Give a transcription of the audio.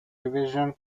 revision